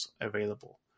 available